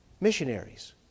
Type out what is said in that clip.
missionaries